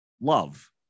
Love